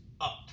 up